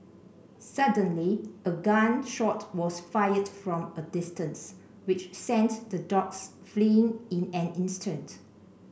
suddenly a gun shot was fired from a distance which sent the dogs fleeing in an instant